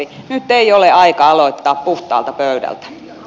nyt ei ole aika aloittaa puhtaalta pöydältä